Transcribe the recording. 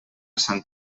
sant